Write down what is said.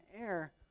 air